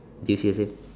do you see the same